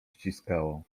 ściskało